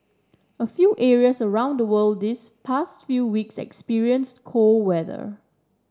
a few areas around the world this past few weeks experience cold weather